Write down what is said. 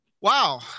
wow